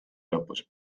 lõpus